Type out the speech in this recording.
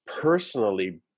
personally